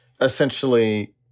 essentially